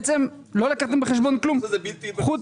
בעצם לא לקחתם בחשבון כלום חוץ